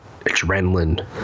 adrenaline